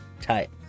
Tight